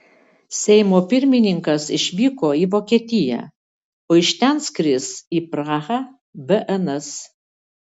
seimo pirmininkas išvyko į vokietiją o iš ten skris į prahą bns